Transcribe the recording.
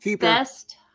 best